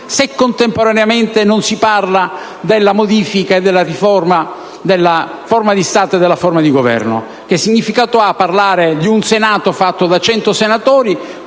se, contemporaneamente, non si parla della modifica e della riforma della forma di Stato e della forma di Governo? Che significato ha parlare di un Senato fatto da cento senatori